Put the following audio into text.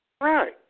Right